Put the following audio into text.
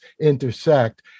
intersect